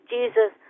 Jesus